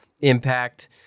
impact